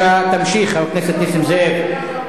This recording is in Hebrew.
אז, בבקשה, אם עשיתם איזו טעות בזמנו,